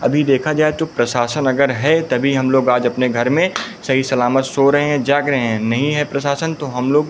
अभी देखा जाए तो प्रसाशन अगर है तभी हम लोग आज अपने घर में सही सलामत सो रहे हैं जाग रहे हैं नहीं है प्रशासन तो हम लोग